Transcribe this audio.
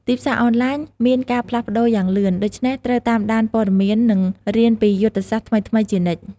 ទីផ្សារអនឡាញមានការផ្លាស់ប្ដូរយ៉ាងលឿន ដូច្នេះត្រូវតាមដានព័ត៌មាន និងរៀនពីយុទ្ធសាស្ត្រថ្មីៗជានិច្ច។